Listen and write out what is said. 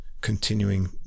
continuing